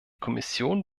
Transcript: kommission